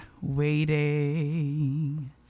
waiting